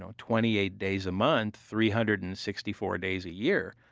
ah twenty eight days a month, three hundred and sixty four days a year.